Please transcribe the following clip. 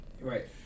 Right